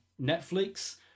Netflix